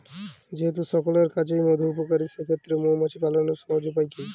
যেহেতু সকলের কাছেই মধু উপকারী সেই ক্ষেত্রে মৌমাছি পালনের সহজ উপায় কি?